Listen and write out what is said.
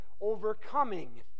Overcoming